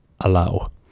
allow